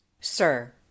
Sir